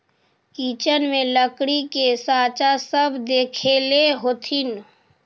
kitchen में लकड़ी के साँचा सब देखले होथिन